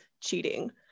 cheating